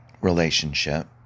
relationship